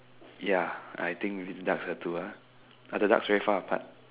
ya I think ducks are two ah are the ducks very far apart